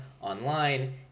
online